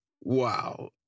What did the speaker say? Wow